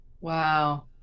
Wow